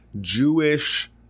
Jewish